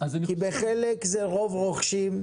כי בחלק זה רוב רוכשים,